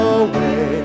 away